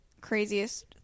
craziest